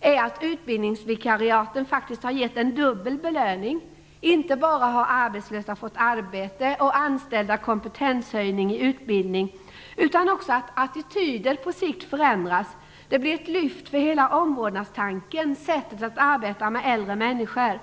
är att utbildningsvikariaten har gett dubbel belöning - inte bara att arbetslösa har fått arbete och anställda kompetenshöjning i utbildning, utan också att attityder på sikt förändras. Det blir ett lyft för hela omvårdnadstanken, sättet att arbeta med äldre människor.